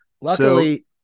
Luckily